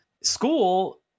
school